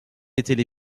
étaient